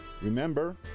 Remember